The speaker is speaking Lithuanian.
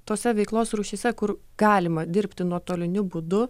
tose veiklos rūšyse kur galima dirbti nuotoliniu būdu